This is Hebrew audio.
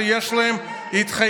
שיש להם התחייבויות,